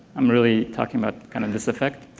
i'm really talking about kind of this effect.